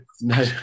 no